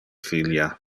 filia